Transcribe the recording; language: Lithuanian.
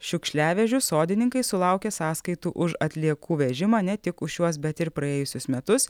šiukšliavežių sodininkai sulaukė sąskaitų už atliekų vežimą ne tik už šiuos bet ir praėjusius metus